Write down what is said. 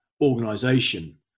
organization